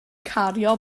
cario